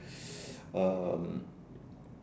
um